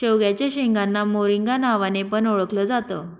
शेवग्याच्या शेंगांना मोरिंगा नावाने पण ओळखल जात